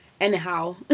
anyhow